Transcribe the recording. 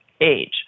age